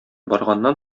барганнан